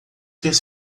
fez